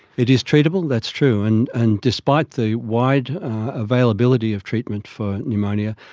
it is treatable, that's true, and and despite the wide availability of treatment for pneumonia,